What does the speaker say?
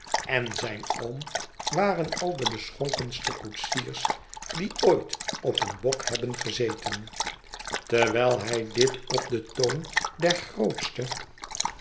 en zijn oom waren al de beschonkenste koetsiers die ooit op een bok hebben gezeten terwijl hij dit op den toon der grootste